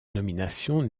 nomination